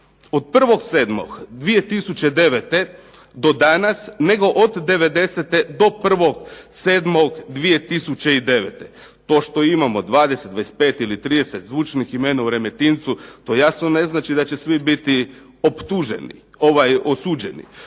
od 1.7.2009. do danas, nego od '90. do 1.7.2009. To što imamo 20, 25 ili 30 zvučnih imena u Remetincu, to jasno ne znači da će svi biti optuženi, ovaj osuđeni.